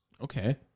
Okay